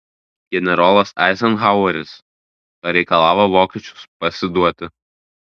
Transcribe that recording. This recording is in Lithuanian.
generolas eizenhaueris pareikalavo vokiečius pasiduoti